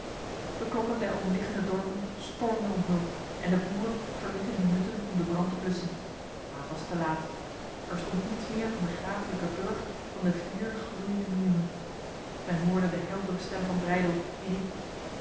de klokken der omliggende dorpen stormden om hulp en de boeren verlieten hun hutten om de brand te blussen maar het was te laat er stond niets meer van de graaflijke burcht dan de vier gloeiende muren men hoorde de heldere stem van breydel die riep